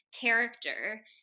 character